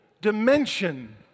dimension